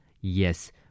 Yes